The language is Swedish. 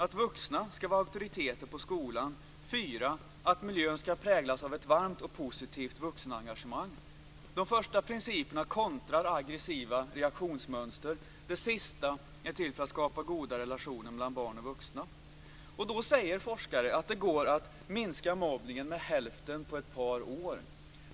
Att vuxna ska vara auktoriteter på skolan. 4. Att miljön ska präglas av ett varmt och positivt vuxenengagemang. De första principerna kontrar aggressiva reaktionsmönster. Det sista är till för att skapa goda relationer mellan barn och vuxna. Forskare säger att det då går att minska mobbningen med hälften på ett par år.